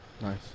Nice